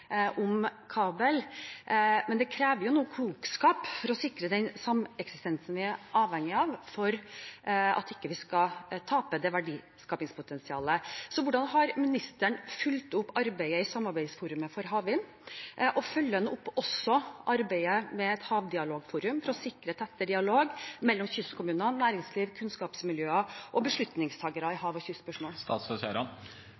om kabel, men det krever nå klokskap for å sikre den sameksistensen vi er avhengig av for at vi ikke skal tape det verdiskapingspotensialet. Så hvordan har ministeren fulgt opp arbeidet i samarbeidsforumet for havvind? Og følger han opp også arbeidet med et havdialogforum for å sikre tettere dialog mellom kystkommuner, næringsliv, kunnskapsmiljøer og beslutningstakere i